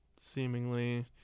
Seemingly